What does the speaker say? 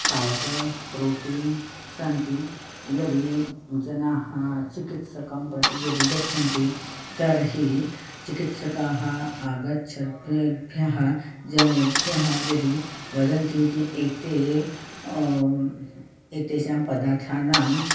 fibre protein सन्ति यदि जनाः चिकित्सकं प्रति यदि गच्छन्ति तर्हि चिकित्सकाः आगच्छद् तेभ्यः जनेभ्यः यदि वदन्ति के एते एतेषां पदार्थानाम्